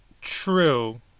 True